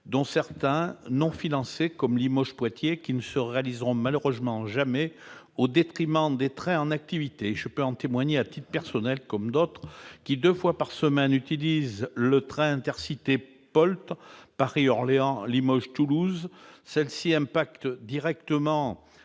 je pense à la ligne Limoges-Poitiers -et ne se réaliseront malheureusement jamais, au détriment des trains en activité. Je peux en témoigner à titre personnel comme d'autres qui, deux fois par semaine, utilisent la ligne Intercités POLT, Paris-Orléans-Limoges-Toulouse, laquelle impacte directement